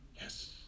Yes